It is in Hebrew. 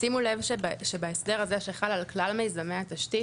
שימו לב שבהסדר הזה שחל על כלל מיזמי התשתית,